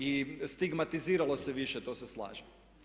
I stigmatiziralo se više, to se slažem.